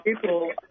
people